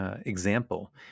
example